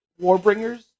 Warbringers